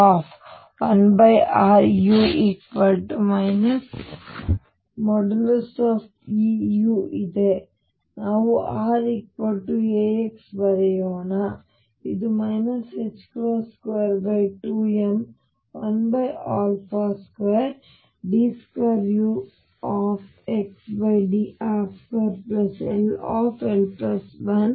ಆದ್ದರಿಂದ ಇದು 22m1a2d2uxdr2 ll122ma2x2u Ze24π0a1xಆಗುತ್ತದೆ